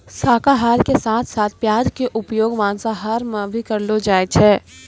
शाकाहार के साथं साथं प्याज के उपयोग मांसाहार मॅ भी करलो जाय छै